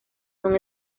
son